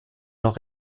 noch